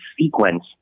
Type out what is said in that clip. sequence